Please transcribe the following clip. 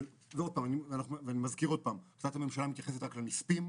אני מזכיר עוד פעם: החלטת הממשלה מתייחסת רק לנספים,